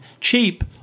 Cheap